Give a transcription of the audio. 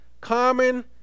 common